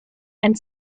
and